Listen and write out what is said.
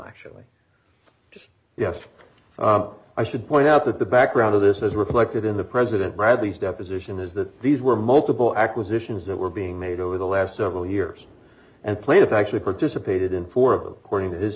actually just you have i should point out that the background of this is reflected in the president bradley's deposition is that these were multiple acquisitions that were being made over the last several years and players actually participated in four of